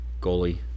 goalie